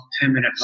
permanent